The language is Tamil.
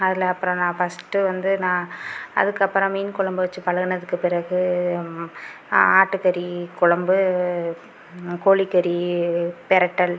அதில் அப்புறம் நான் ஃபஸ்ட் வந்து நான் அதுக்கு அப்புறம் மீன் கொழம்பு வச்சு பழகுனத்துக்கு பிறகு ஆட்டுக்கறி கொழம்பு கோழிக்கறி பெரட்டல்